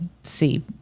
see